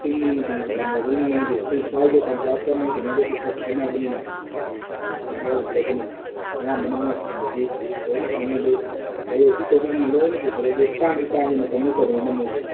ꯆꯤꯡꯒꯤ ꯂꯝ ꯑꯣꯏꯕꯅꯤꯅ ꯃꯣꯏꯒꯤ ꯑꯩꯈꯣꯏ ꯁ꯭ꯋꯥꯏꯒ ꯇꯝꯄꯥꯛꯀ ꯃꯣꯏ ꯀꯩꯅꯣꯒꯗꯤ ꯈꯔ ꯈꯦꯠꯅꯕꯅꯤꯅ ꯂꯩꯍꯥꯎꯗꯣ ꯑꯗꯨꯝ ꯑꯌꯥꯝꯕꯅ ꯃꯣꯏ ꯑꯁꯣꯝꯗꯗꯤ ꯂꯣꯏꯅ ꯐꯪꯉꯦ ꯑꯗꯨ ꯂꯂꯣꯜ ꯂꯤꯇꯤꯛ ꯇꯧꯕꯖꯁꯤꯅ ꯂꯣꯏꯅ ꯄꯨꯊꯣꯔꯛꯑꯦ ꯑꯗꯨ ꯇꯥꯡꯗꯤ ꯇꯥꯡꯉꯦ ꯃꯇꯝ ꯅꯠꯇꯕꯅꯤꯅ ꯃꯣꯏꯁꯦ